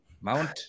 Mount